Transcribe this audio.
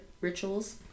rituals